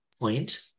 point